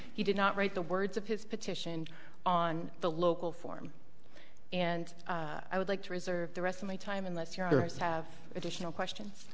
he did not write the words of his petition on the local form and i would like to reserve the rest of my time unless yours have additional questions